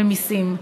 ומסים.